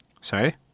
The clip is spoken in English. sorry